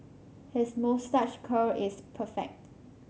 his moustache curl is perfect